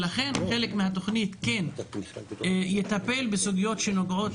לכן חלק מהתוכנית כן יטפל בסוגיות שנוגעות